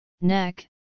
neck